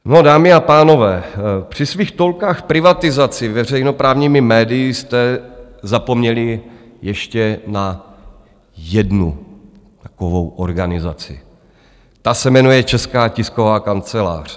No, dámy a pánové, při svých toulkách privatizací veřejnoprávními médii jste zapomněli ještě na jednu takovou organizaci, ta se jmenuje Česká tisková kancelář.